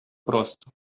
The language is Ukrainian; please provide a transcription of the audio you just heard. просто